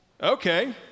Okay